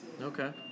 Okay